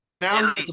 Now